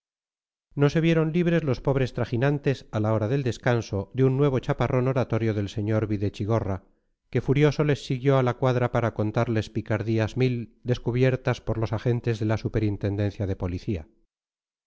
no se vieron libres los pobres trajinantes a la hora del descanso de un nuevo chaparrón oratorio del sr videchigorra que furioso les siguió a la cuadra para contarles picardías mil descubiertas por los agentes de la superintendencia de policía